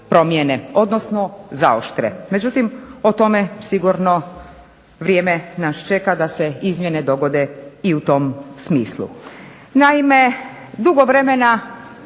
odnosno zaoštre. Međutim, o tome sigurno vrijeme nas čeka da se izmjene dogode i u tom smislu. Naime, dugo vremena